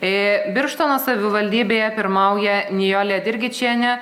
birštono savivaldybėje pirmauja nijolė dirginčienė